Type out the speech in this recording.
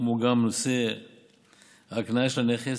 כמו גם נושא ההקניה של הנכס,